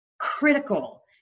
critical